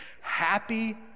happy